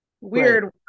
weird